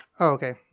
okay